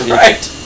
right